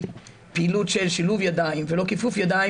פעילות של שילוב ידיים ולא כיפוף ידיים.